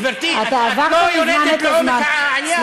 תופסק חשיפתם, גברתי, את לא יורדת לעומק העניין.